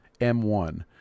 M1